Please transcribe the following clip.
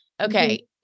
Okay